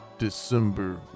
December